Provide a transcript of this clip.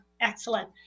excellent